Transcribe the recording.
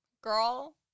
girl